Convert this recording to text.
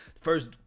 First